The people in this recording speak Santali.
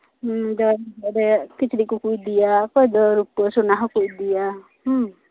ᱦᱮᱸ ᱡᱟᱸᱣᱟᱭ ᱦᱚᱨᱚᱜ ᱨᱮ ᱠᱤᱪᱨᱤᱜ ᱠᱚᱠᱚ ᱤᱫᱤᱭᱟ ᱚᱠᱚᱭ ᱫᱚ ᱨᱩᱯᱟᱹ ᱥᱚᱱᱟ ᱦᱚᱸᱠᱚ ᱤᱫᱤᱭᱟ ᱦᱮᱸᱻ